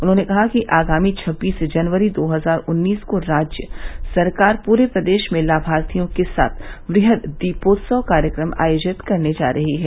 उन्होंने कहा कि आगामी छबीस जनवरी दो हजार उन्नीस को राज्य सरकार पूरे प्रदेश में लामार्थियों के साथ वहद दीपोत्सव कार्यक्रम आयोजित करने जा रही है